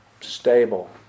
stable